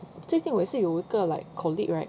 最近我也是有一个 like colleague right